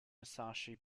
musashi